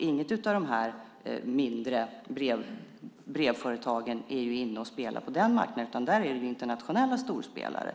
Inget av de mindre brevföretagen är inne och spelar på den marknaden, utan där finns internationella storspelare.